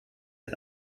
ein